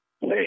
Hey